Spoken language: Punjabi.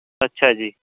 ਅੱਛਾ ਜੀ